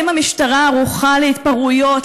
האם המשטרה ערוכה להתפרעויות,